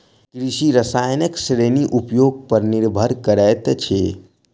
कृषि रसायनक श्रेणी उपयोग पर निर्भर करैत अछि